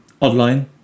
online